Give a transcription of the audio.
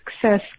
success